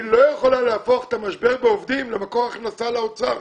היא לא יכולה להפוך את המשבר בעובדים למקור הכנסה לאוצר.